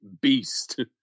beast